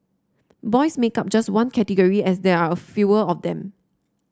boys make up just one category as there are a fewer of them